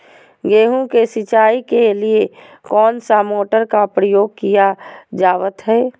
गेहूं के सिंचाई के लिए कौन सा मोटर का प्रयोग किया जावत है?